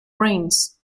brains